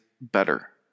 better